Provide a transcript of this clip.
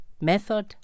method